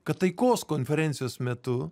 kad taikos konferencijos metu